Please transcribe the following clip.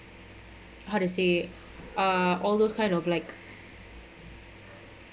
how to say ah all those kind of like